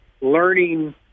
learning